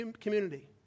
community